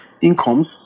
incomes